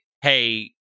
hey